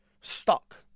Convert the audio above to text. Stuck